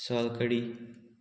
सोल कडी